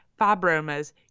fibromas